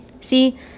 see